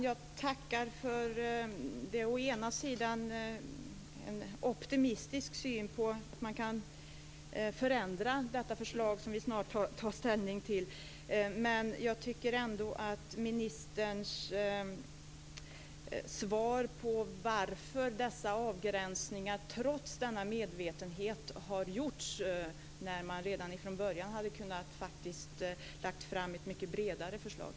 Fru talman! Jag tackar å ena sidan för den optimistiska synen på att man kan förändra det förslag som vi snart ska ta ställning till. Å andra sidan är jag tveksam till ministerns svar på varför dessa avgränsningar trots denna medvetenhet har gjorts, när man redan ifrån början faktiskt hade kunnat lägga fram ett mycket bredare förslag.